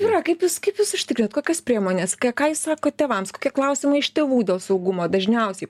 yra kaip jūs kaip jus užtikrinat kokios priemonės ką jūs sakot tėvams kokie klausimai iš tėvų dėl saugumo dažniausiai